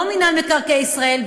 לא מינהל מקרקעי ישראל,